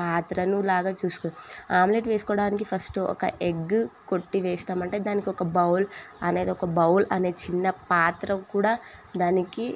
పాత్రను లాగా చూసుకు ఆమ్లేట్ వేసుకోవడానికి ఫస్టు ఒక ఎగ్గు కొట్టి వేస్తాం అంటే దానికొక బౌల్ అనేది ఒక బౌల్ అనే చిన్న పాత్ర కూడా దానికి